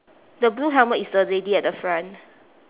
the blue helmet is the lady at the front